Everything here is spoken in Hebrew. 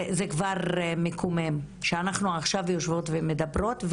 זה כבר מקומם שאנחנו עכשיו יושבות ומדברות,